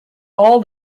all